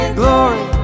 glory